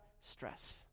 Stress